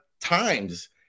times